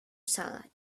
salad